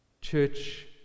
church